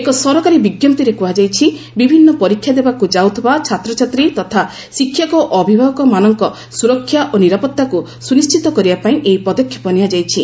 ଏକ ସରକାରୀ ବିଞ୍ଜପ୍ତିରେ କୁହାଯାଇଛି ବିଭିନ୍ନ ପରୀକ୍ଷା ଦେବାକୁ ଯାଉଥିବା ଛାତ୍ରଛାତ୍ରୀ ତଥା ଶିକ୍ଷକ ଓ ଅଭିଭାବକମାନଙ୍କ ସୁରକ୍ଷା ଓ ନିରାପତ୍ତାକୁ ସୁନିଶ୍ଚିତ କରିବା ପାଇଁ ଏହି ପଦକ୍ଷେପ ନିଆଯାଇଛି